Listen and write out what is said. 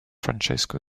francesco